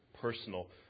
personal